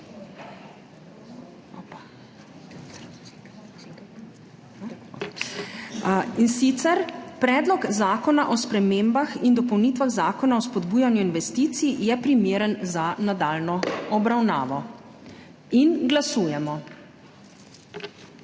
sklepa: »Predlog zakona o spremembah in dopolnitvah Zakona o spodbujanju investicij je primeren za nadaljnjo obravnavo.« Glasujemo.